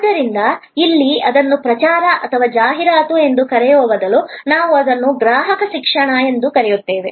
ಆದ್ದರಿಂದ ಇಲ್ಲಿ ಅದನ್ನು ಪ್ರಚಾರ ಅಥವಾ ಜಾಹೀರಾತು ಎಂದು ಕರೆಯುವ ಬದಲು ನಾವು ಅದನ್ನು ಗ್ರಾಹಕ ಶಿಕ್ಷಣ ಎಂದು ಕರೆಯುತ್ತೇವೆ